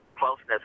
closeness